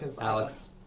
Alex